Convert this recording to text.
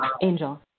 Angel